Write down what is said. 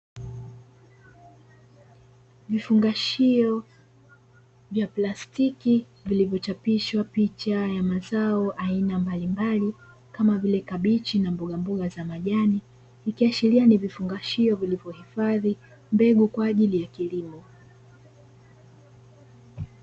Vifungashio vya plastiki vilivyo chapishwa picha ya mazao aina mbalimbali, kama vile kabichi na mbogamboga za majani, ikiashiria ni vifungashio vilivyohifadhi mbegu kwa ajili ya kilimo.